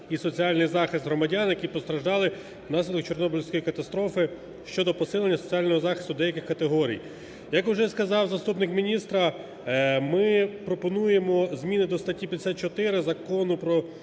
і соціальний захист громадян, які постраждали внаслідок Чорнобильської катастрофи" (щодо посилення соціального захисту деяких категорій). Як уже сказав заступник міністра, ми пропонуємо зміни до статті 54 Закону "Про